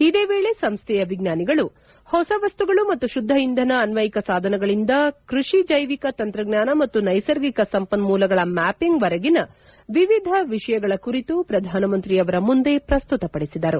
ಇದೇ ವೇಳೆ ಸಂಸ್ಥೆಯ ವಿಜ್ಞಾನಿಗಳು ಹೊಸ ವಸ್ತುಗಳು ಮತ್ತು ಶುದ್ಧ ಇಂಧನ ಅನ್ವಯಿಕ ಸಾಧನಗಳಿಂದ ಕೃಷಿ ಜೈವಿಕ ತಂತ್ರಜ್ಞಾನ ಮತ್ತು ನೈಸರ್ಗಿಕ ಸಂಪನ್ಮೂಲಗಳ ಮ್ಯಾಪಿಂಗ್ ವರೆಗಿನ ವಿವಿಧ ವಿಷಯಗಳ ಕುರಿತು ಪ್ರಧಾನಮಂತ್ರಿಯವರ ಮುಂದೆ ಪ್ರಸ್ತುತಪಡಿಸಿದರು